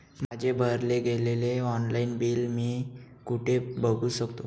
माझे भरले गेलेले ऑनलाईन बिल मी कुठे बघू शकतो?